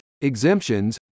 exemptions